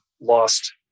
lost